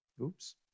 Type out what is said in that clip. Oops